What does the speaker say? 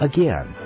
Again